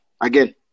Again